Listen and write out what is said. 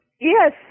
Yes